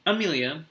Amelia